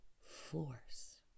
force